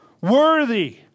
Worthy